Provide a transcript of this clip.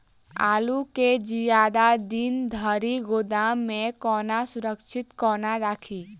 आलु केँ जियादा दिन धरि गोदाम मे कोना सुरक्षित कोना राखि?